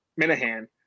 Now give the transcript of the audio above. Minahan